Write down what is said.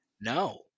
No